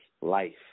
Life